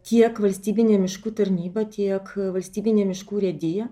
tiek valstybinė miškų tarnyba tiek valstybinė miškų urėdija